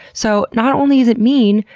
so not only is it mean,